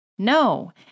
no